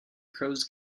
crows